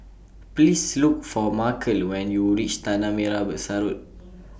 Please Look For Markell when YOU REACH Tanah Merah Besar Road